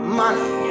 money